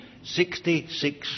66